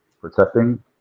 protecting